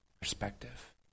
perspective